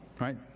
right